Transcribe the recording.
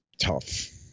tough